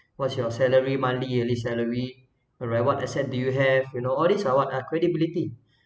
what's your salary monthly yearly salary or what asset do you have you know all these are [what] our credibility